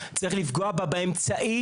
צריך לפגוע בה באמצעי